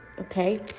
okay